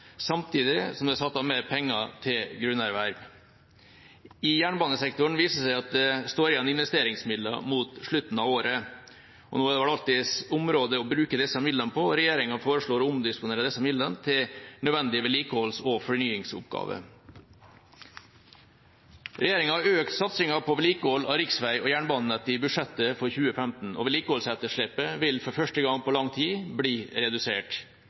samtidig som det er satt av mer penger til grunnerverv. I jernbanesektoren viser det seg at det står igjen investeringsmidler mot slutten av året. Nå er det vel alltids områder å bruke disse midlene på, og regjeringa foreslår å omdisponere midlene til nødvendig vedlikeholds- og fornyingsoppgaver. Regjeringa har økt satsinga på vedlikehold av riksvei og jernbanenett i budsjettet for 2015, og vedlikeholdsetterslepet vil for første gang på lang tid bli redusert.